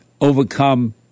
overcome